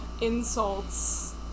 insults